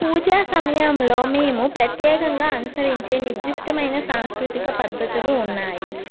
పూజా సమయములో మేము ప్రత్యేకంగా అనుసరించే నిర్దిష్టమైన సాంస్కృతిక పద్దతులు ఉన్నాయి